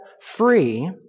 free